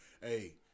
Hey